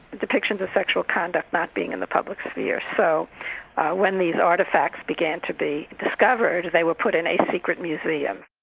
depictions of sexual conduct not being in the public sphere. so when these artefacts began to be discovered, they were put in a secret museum.